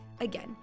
Again